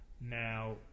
now